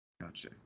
gotcha